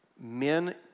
men